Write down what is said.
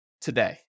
today